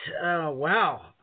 wow